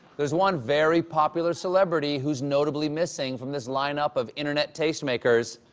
there is one very popular celebrity whose notably missing from this line-up of internet tastemakers.